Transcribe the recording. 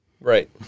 Right